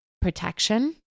protection